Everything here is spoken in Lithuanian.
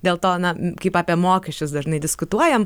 dėl to na kaip apie mokesčius dažnai diskutuojam